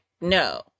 no